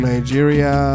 Nigeria